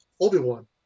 Obi-Wan